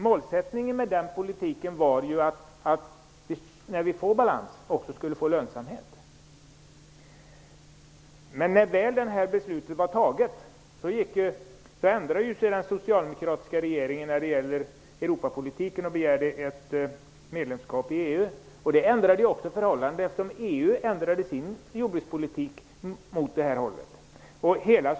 Målsättningen med den politiken var ju att det också skulle bli en lönsamhet när det blev en balans. När detta beslut väl var fattat ändrade sig den socialdemokratiska regeringen i fråga om Europapolitiken och begärde ett medlemskap i EU. Då ändrades förhållandet. EU ändrade ju sin jordbrukspolitik i denna riktning.